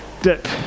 dip